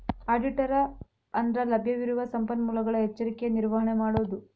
ಆಡಿಟರ ಅಂದ್ರಲಭ್ಯವಿರುವ ಸಂಪನ್ಮೂಲಗಳ ಎಚ್ಚರಿಕೆಯ ನಿರ್ವಹಣೆ ಮಾಡೊದು